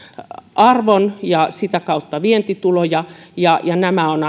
arvon ja sitä kautta vientituloja nämä ovat